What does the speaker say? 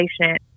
patient